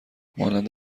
مانند